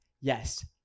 Yes